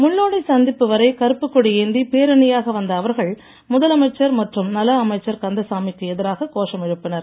முள்ளோடை சந்திப்பு வரை கருப்புக் கொடி ஏந்தி பேரணியாக வந்த அவர்கள் முதலமைச்சர் மற்றும் நல அமைச்சர் கந்தசாமிக்கு எதிராக கோஷம் எழுப்பினர்